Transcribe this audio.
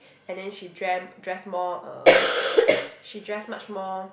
and then she dreamt dress more uh she dress much more